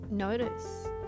notice